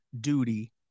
duty